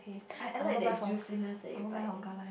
I I like that juiciness that you buy